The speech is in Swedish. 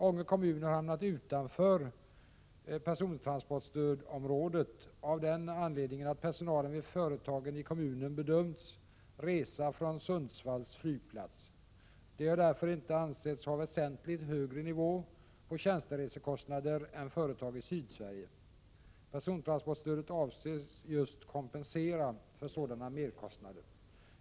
Ånge kommun har hamnat utanför persontransportstödområdet av den anledningen att personalen vid företagen i kommunen bedömts resa från Sundsvalls flygplats. De har därför inte ansetts ha väsentligt högre nivå på tjänsteresekostnader än företag i Sydsverige. Persontransportstödet avses just kompensera för sådan merkostnader.